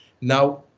Now